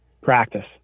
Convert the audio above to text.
practice